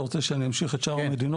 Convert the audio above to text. אתה רוצה שאני אמשיך את שאר המדינות?